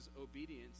obedience